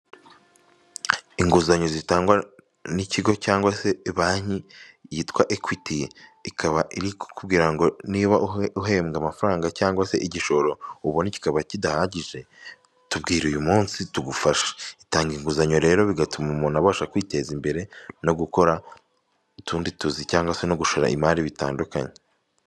Inguzanyo zitangwa n'ikigo cyangwa se banki yitwa ekwti ikaba iri kugira ngo niba uhembwa amafaranga cyangwa se igishoro ubona kikaba kidahagije, tubwira uyu munsi tugufasha itanga inguzanyo rero bigatuma umuntu abasha kwiteza imbere, no gukora utundi tuzi cyangwa se no gushora imari bitandukanye.